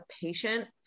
patient